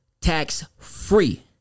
tax-free